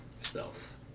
stealth